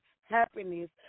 happiness